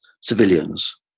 civilians